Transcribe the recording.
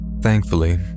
Thankfully